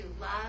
love